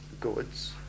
goods